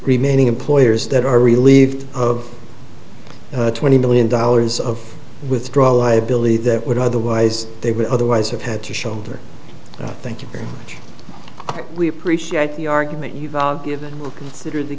remaining employers that are relieved of twenty million dollars of withdrawal liability that would otherwise they would otherwise have had to shoulder thank you very much we appreciate the argument you've given will consider the